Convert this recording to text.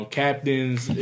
captain's